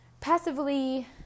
passively